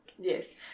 Yes